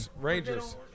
Rangers